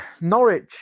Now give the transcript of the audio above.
Norwich